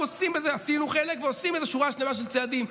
עשינו חלק ועושים שורה שלמה של צעדים,